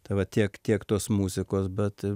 tai va tiek tiek tos muzikos bet